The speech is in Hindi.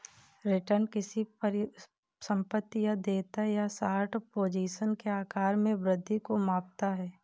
रिटर्न किसी परिसंपत्ति या देयता या शॉर्ट पोजीशन के आकार में वृद्धि को मापता है